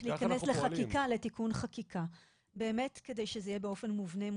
להיכנס לתיקון חקיקה כדי שזה יהיה מוטמע באופן מובנה.